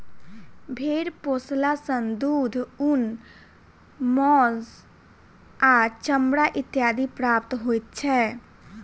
भेंड़ पोसला सॅ दूध, ऊन, मौंस आ चमड़ा इत्यादि प्राप्त होइत छै